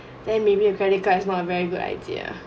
then maybe a credit card is not a very good idea